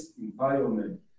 environment